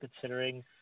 considering